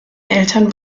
eltern